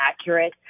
accurate